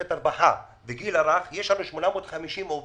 במערכת הרווחה ובגיל הרך, יש לנו 850 עובדות,